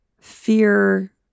fear